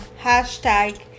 Hashtag